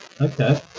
Okay